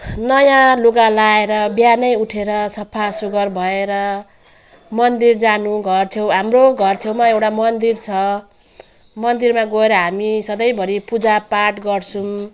नयाँ लुगा लगाएर बिहानै उठेर सफा सुग्घर भएर मन्दिर जानु घर छेउ हाम्रो घर छेउमा एउटा मन्दिर छ मन्दिरमा गएर हामी सधैँभरि पूजा पाठ गर्छौँ